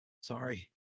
sorry